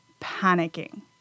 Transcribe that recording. panicking